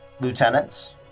Lieutenants